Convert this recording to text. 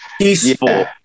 peaceful